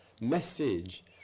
message